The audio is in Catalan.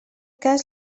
cas